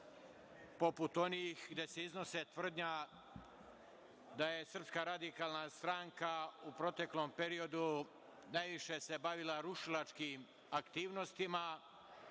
poput onih gde se iznosi tvrdnja da je SRS u proteklom periodu najviše se bavila rušilačkim aktivnostima,